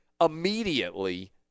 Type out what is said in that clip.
Immediately